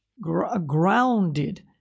grounded